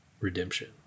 redemption